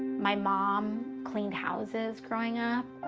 my mom cleaned houses growing up.